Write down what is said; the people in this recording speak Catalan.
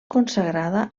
consagrada